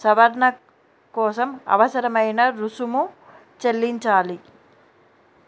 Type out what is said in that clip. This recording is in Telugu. సవర్ణ కోసం అవసరమైన రుసుము చెల్లించాలి